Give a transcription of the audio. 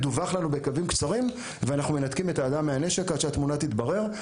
מדווח לנו בקווים קצרים ואנחנו מנתקים את האדם מהנשק עד שהתמונה תתברר.